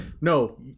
No